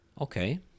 okay